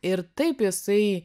ir taip jisai